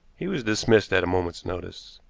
he was dismissed at a moment's notice.